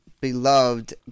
beloved